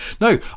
No